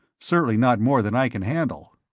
certainly not more than i can handle.